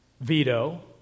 Veto